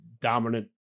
dominant